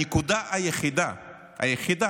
הנקודה היחידה, היחידה,